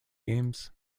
games